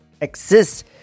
exists